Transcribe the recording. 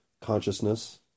consciousness